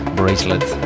bracelet